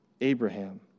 Abraham